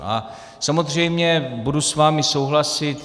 A samozřejmě budu s vámi souhlasit.